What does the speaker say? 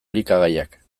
elikagaiak